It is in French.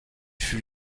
fut